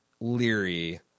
leery